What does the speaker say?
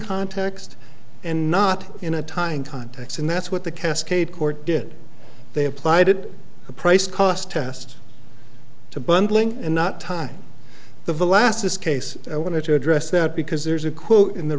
context and not in a time context and that's what the cascade court did they applied it a price cost test to bundling and not time the last this case i want to address that because there's a